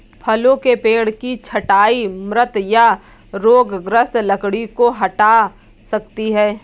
फलों के पेड़ की छंटाई मृत या रोगग्रस्त लकड़ी को हटा सकती है